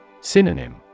Synonym